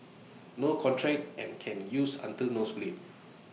no contract and can use until nose bleed